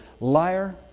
liar